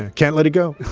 can't let it go